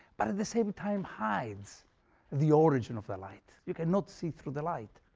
but at the same time hides the origin of the light. you cannot see through the light.